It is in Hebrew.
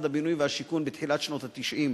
הבינוי והשיכון בתחילת שנות ה-90.